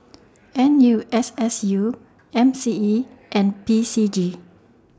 N U S S U M C E and P C G